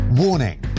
Warning